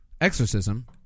exorcism